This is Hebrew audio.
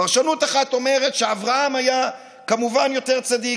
פרשנות אחת אומרת שאברהם היה, כמובן, יותר צדיק.